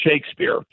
Shakespeare